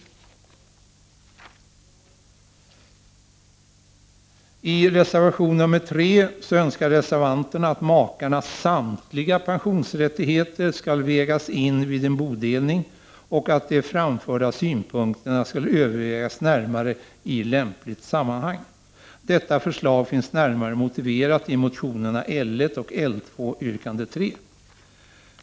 I reservation 3 önskar reservanterna att makarnas samtliga pensionsrättigheter skall vägas in vid en bodelning och att de framförda synpunkterna skall övervägas närmare i lämpligt sammanhang. Detta förslag finns närmare motiverat i motionerna L1 och L2, yrkande 3.